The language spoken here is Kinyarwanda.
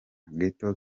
ghetto